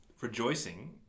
rejoicing